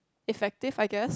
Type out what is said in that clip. effective I guess